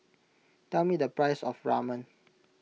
tell me the price of Ramen